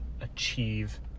achieve